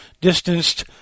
distanced